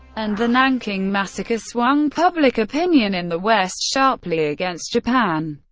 and the nanking massacre swung public opinion in the west sharply against japan.